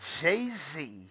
jay-z